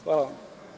Hvala.